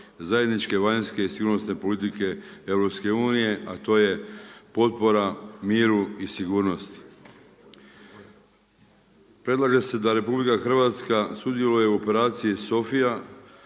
zajedničke vanjske i sigurnosne politike EU a to je potpora miru i sigurnosti. Predlaže se da RH sudjeluje u Operaciji Sofija